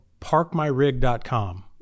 parkmyrig.com